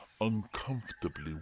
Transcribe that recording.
uncomfortably